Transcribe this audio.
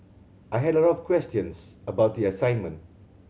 I had a lot of questions about the assignment